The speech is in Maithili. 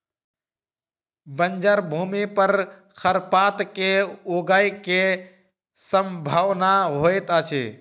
बंजर भूमि पर खरपात के ऊगय के सम्भावना होइतअछि